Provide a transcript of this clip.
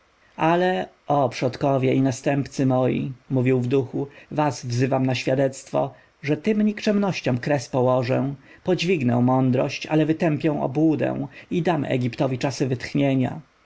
ale o przodkowie i następcy moi mówił w duchu was wzywam na świadectwo że tym nikczemnościom kres położę podźwignę mądrość ale wytępię obłudę i dam egiptowi czasy wytchnienia